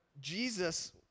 Jesus